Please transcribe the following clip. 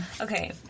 Okay